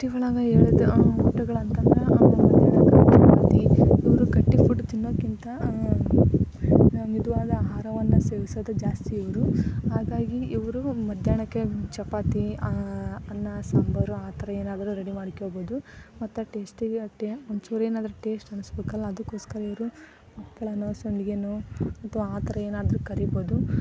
city ಒಳಗೆ ಎಳೆದು ಊಟಗಳಂತ ಅಂದ್ರೆ ಇವರ ಗಟ್ಟಿ ಫುಡ್ ತಿನ್ನೋದಕ್ಕಿಂತ ಮೆದುವಾದ ಆಹಾರವನ್ನು ಸೇವಿಸೋದು ಜಾಸ್ತಿ ಇವರು ಹಾಗಾಗಿ ಇವರು ಮಧ್ಯಾಹ್ನಕ್ಕೆ ಚಪಾತಿ ಅನ್ನ ಸಾಂಬಾರು ಆ ಥರ ಏನಾದರೂ ರೆಡಿ ಮಾಡ್ಕೊಳ್ಬೋದು ಮತ್ತು ಟೇಸ್ಟ್ಗೆ ಅಷ್ಟೆ ಒಂಚೂರು ಏನಾದ್ರು ಟೇಸ್ಟ್ ಅನ್ನಿಸಬೇಕಲ್ಲ ಅದಕ್ಕೋಸ್ಕರ ಇವರು ಹಪ್ಪಳನೋ ಸಂಡಿಗೆನೋ ಅಥವಾ ಆ ಥರ ಏನಾದರೂ ಕರಿಬೋದು